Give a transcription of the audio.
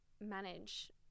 manage